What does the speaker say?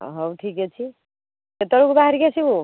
ହଉ ଠିକ୍ ଅଛି କେତବେଳକୁ ବାହାରିକି ଆସିବୁ